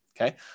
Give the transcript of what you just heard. Okay